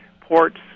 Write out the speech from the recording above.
ports